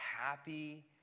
happy